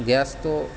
gas তো